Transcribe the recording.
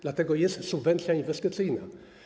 Dlatego jest subwencja inwestycyjna.